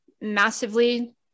massively